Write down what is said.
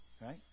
Right